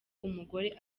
umugore